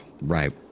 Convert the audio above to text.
Right